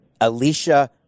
Alicia